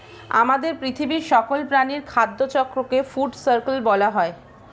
আমাদের পৃথিবীর সকল প্রাণীর খাদ্য চক্রকে ফুড সার্কেল বলা হয়